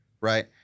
right